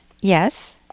Yes